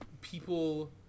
people